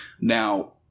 Now